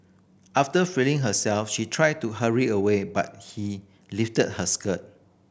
after freeing herself she tried to hurry away but he lifted her skirt